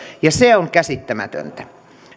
ja se on käsittämätöntä